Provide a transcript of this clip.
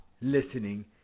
listening